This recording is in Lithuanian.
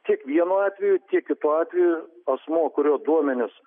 ktek vienu atveju tiek kitu atveju asmuo kurio duomenys